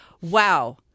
wow